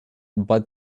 bud